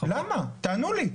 למה, תענו לי?